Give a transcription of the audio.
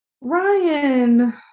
Ryan